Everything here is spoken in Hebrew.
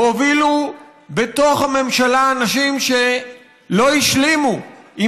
והובילו בתוך הממשלה אנשים שלא השלימו עם